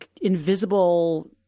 invisible